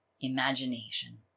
imagination